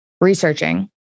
researching